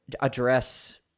address